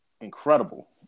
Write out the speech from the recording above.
incredible